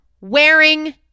wearing